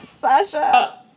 Sasha